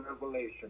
revelation